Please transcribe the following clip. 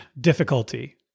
difficulty